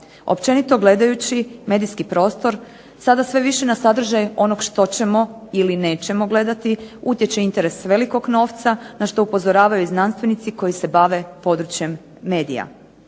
Općenito gledajući medijski prostor sada sve više na sadržaj onog što ćemo ili nećemo gledati utječe interes velikog novca na što upozoravaju znanstvenici koji se bave područjem medija.